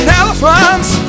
elephants